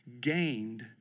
gained